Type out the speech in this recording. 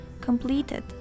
completed